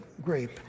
grape